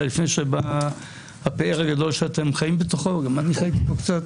לפני שבא הפאר הגדול שאתם חיים בתוכו גם אני חייתי בו קצת.